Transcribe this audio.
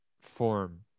form